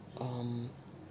um